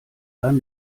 beim